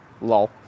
Lol